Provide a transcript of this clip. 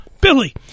Billy